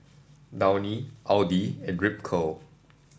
Downy Audi and Ripcurl